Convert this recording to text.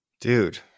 Dude